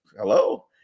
hello